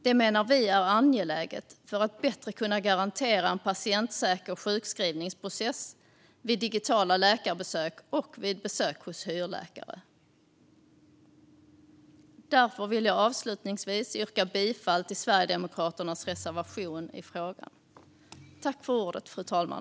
Det menar vi är angeläget för att bättre kunna garantera en patientsäker sjukskrivningsprocess vid digitala läkarbesök och vid besök hos hyrläkare. Därför vill jag avslutningsvis yrka bifall till Sverigedemokraternas reservation i frågan.